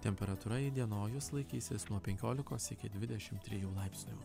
temperatūra įdienojus laikysis nuo penkiolikos iki dvidešim trijų laipsnių